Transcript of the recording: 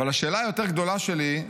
אבל השאלה היותר-גדולה שלי,